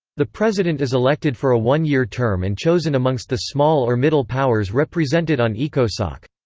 the president is elected for a one-year term and chosen amongst the small or middle powers represented on ecosoc.